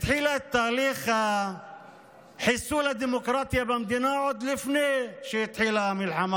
התחילה את תהליך חיסול הדמוקרטיה במדינה עוד לפני שהתחילה המלחמה